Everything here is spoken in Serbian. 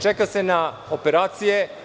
Čeka se na operacije.